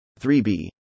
3B